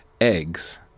eggs